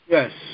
Yes